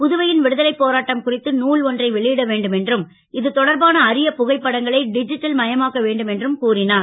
புதுவை ன் விடுதலை போராட்டம் குறித்து நூல் ஒன்றை வெளி ட வேண்டும் என்றும் இது தொடர்பான அரிய புகைப்படங்களை டிஜிட்டல் மயமாக்க வேண்டும் என்றும் கூறினார்